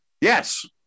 Yes